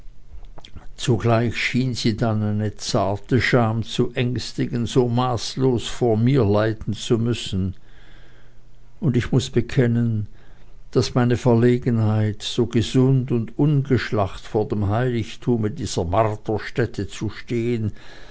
zugleich schien sie dann eine zarte scham zu ängstigen so maßlos vor mir leiden zu müssen und ich muß bekennen daß meine verlegenheit so gesund und ungeschlacht vor dem heiligtume dieser marterstätte zu stehen